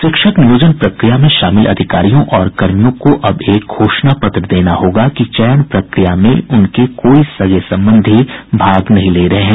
शिक्षक नियोजन प्रक्रिया में शामिल अधिकारियों और कर्मियों को अब एक घोषणा पत्र देना होगा कि चयन प्रक्रिया में उनके कोई सगे संबंधी भाग नहीं ले रहे हैं